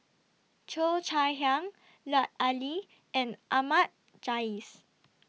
Cheo Chai Hiang Lut Ali and Ahmad Jais